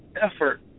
effort